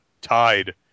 tied